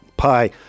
Pi